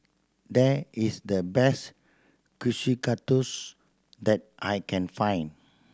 there is the best Kushikatsu that I can find